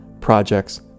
projects